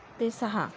ते सहा